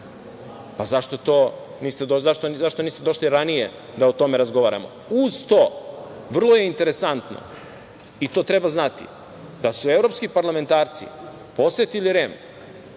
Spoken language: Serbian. zašto niste došli ranije da o tome razgovaramo, uz to vrlo je interesantno i to treba znati da su evropski parlamentarci, posetili REM,